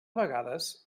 vegades